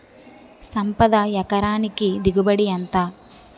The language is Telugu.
సంపద ఎకరానికి దిగుబడి ఎంత?